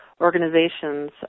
organizations